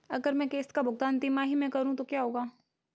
अगर मैं किश्त का भुगतान तिमाही में करूं तो क्या होगा?